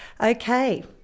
Okay